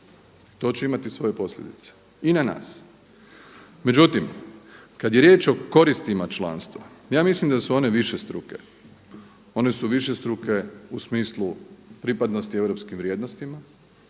To će imati svoje posljedice i na nas. Međutim, kad je riječ o koristima članstva ja mislim da su one višestruke, one su višestruke u smislu pripadnosti europskim vrijednostima,